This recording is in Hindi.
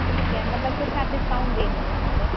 ठीक है मतलब कुछ आप डिस्काउंट दे देंगे मुझे